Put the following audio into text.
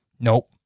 Nope